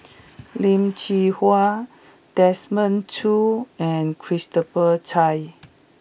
Lim Hwee Hua Desmond Choo and Christopher Chia